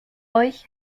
euch